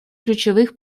ключевых